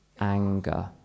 anger